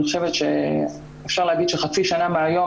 אני חושבת שאפשר להגיד שחצי שנה מהיום